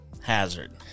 Hazard